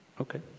Okay